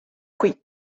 qui